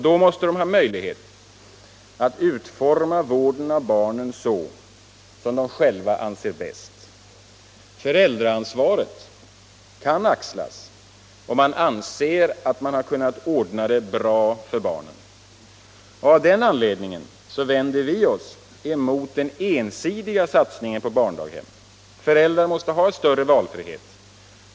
Då måste de ha möjlighet att utforma vården av barnen så som de själva anser bäst. Föräldraansvaret kan axlas om man anser att man har kunnat ordna det bra för barnen. Av den anledningen vänder vi oss mot den ensidiga satsningen på barndaghem. Föräldrarna måste ha en större valfrihet.